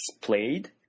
played